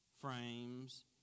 frames